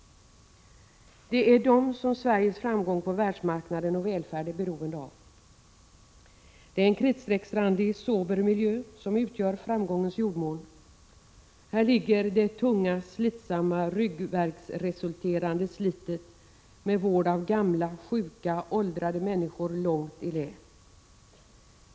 Det är dessa som Sveriges framgång på världsmarknaden och välfärd är beroende av. Det är en kritstrecksrandig, sober miljö som utgör framgångens jordmån. Här ligger det tunga, slitsamma, ryggvärksresulterande slitet med vård av gamla, sjuka och åldrade människor långt i lä.